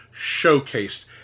showcased